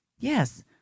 Yes